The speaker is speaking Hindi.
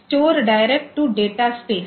store direct to data space